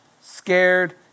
scared